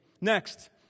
Next